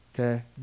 Okay